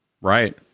Right